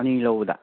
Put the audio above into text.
ꯑꯅꯤ ꯂꯧꯕꯗ